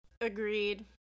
Agreed